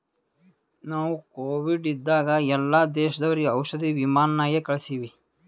ನಾವು ಕೋವಿಡ್ ಇದ್ದಾಗ ಎಲ್ಲಾ ದೇಶದವರಿಗ್ ಔಷಧಿ ವಿಮಾನ್ ನಾಗೆ ಕಳ್ಸಿವಿ